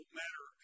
matter